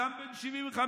אדם בן 75,